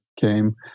came